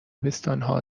بستانهای